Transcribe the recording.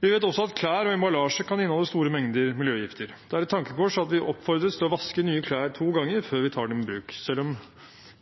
Vi vet også at klær og emballasje kan inneholde store mengder miljøgifter. Det er et tankekors at vi oppfordres til å vaske nye klær to ganger før vi tar dem i bruk. Selv om